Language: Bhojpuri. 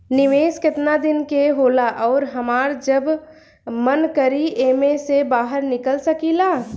निवेस केतना दिन के होला अउर हमार जब मन करि एमे से बहार निकल सकिला?